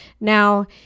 Now